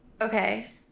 Okay